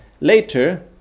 Later